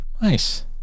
nice